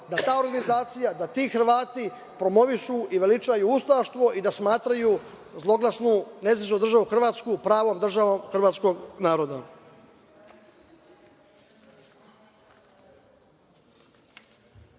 da ta organizacija, da ti Hrvati promovišu i veličaju ustaštvo i da smatraju zloglasnu NDH pravom državom hrvatskog naroda. Ja